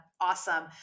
Awesome